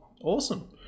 Awesome